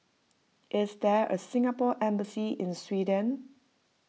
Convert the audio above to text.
is there a Singapore Embassy in Sweden